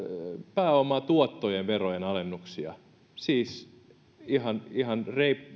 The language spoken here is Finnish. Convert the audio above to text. pääomatuottojen verojen alennuksia siis ihan ihan